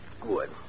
good